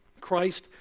Christ